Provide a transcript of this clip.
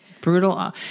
Brutal